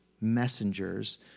messengers